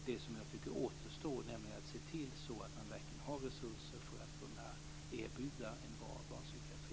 Det som återstår är att se till att man verkligen har resurser för att kunna erbjuda en bra barnpsykiatri.